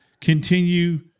continue